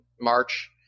March